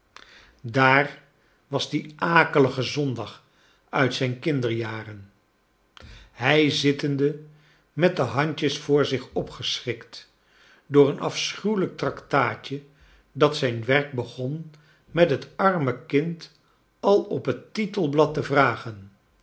daar was die akelige zondag uit zijn kinderjaren hij zittende met de handjes voor zich opgeschrikt door een afschuwelijk tractaatje dat zijn werk begon met het arme kind al op het titelblad te vragen